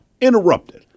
interrupted